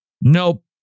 Nope